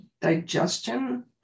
digestion